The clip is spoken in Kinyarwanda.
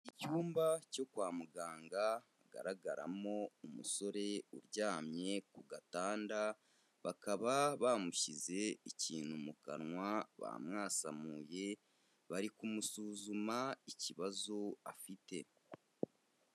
Icyumba cyo kwa muganga hagaragaramo umusore uryamye ku gatanda, bakaba bamushyize ikintu mu kanwa bamwasamuye, bari kumusuzuma ikibazo afite.